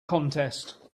contest